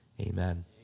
Amen